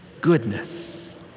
Goodness